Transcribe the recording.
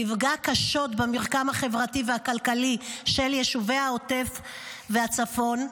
תפגע קשות במרקם החברתי והכלכלי של יישובי העוטף והצפון,